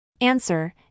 Answer